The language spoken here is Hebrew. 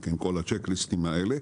כל הצ'ק ליסטים האלה.